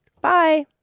Bye